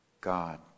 God